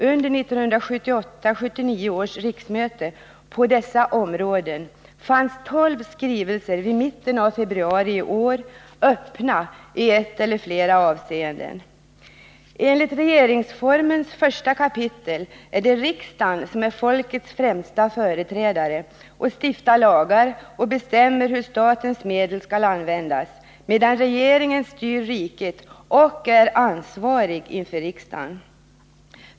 under 1978/79 års riksmöte på dessa områden var i mitten av februari i år tolv skrivelser öppna i ett eller flera avseenden. Enligt regeringsformens 1 kap. är det riksdagen som är folkets främsta företrädare och stiftar lagar och bestämmer hur statens medel skall användas, medan regeringen styr riket och är ansvarig inför riksdagen.